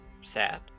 sad